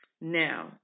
Now